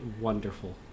wonderful